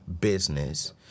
business